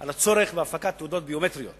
על הצורך בהפקת תעודות ביומטריות,